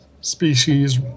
species